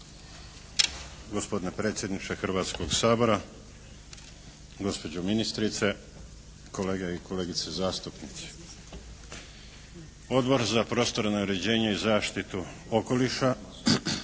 Gospodine predsjedniče Hrvatskog sabora, gospođo ministrice, kolege i kolegice zastupnici. Odbor za prostorno uređenje i zaštitu okoliša